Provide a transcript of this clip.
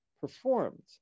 performed